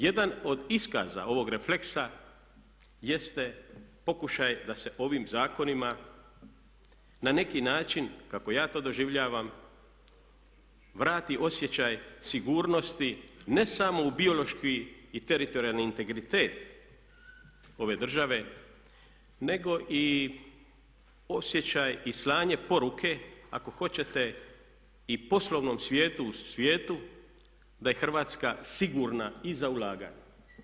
Jedan od iskaza ovog refleksa jeste pokušaj da se ovim zakonima na neki način kako ja to doživljavam vrati osjećaj sigurnosti ne samo u biološki i teritorijalni integritet ove države nego i osjećaj i slanje poruke ako hoćete i poslovnom svijetu u svijetu da je Hrvatska sigurna i za ulaganje.